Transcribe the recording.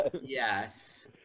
Yes